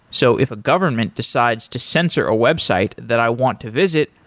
so if a government decides to censor a website that i want to visit,